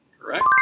Correct